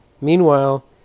Meanwhile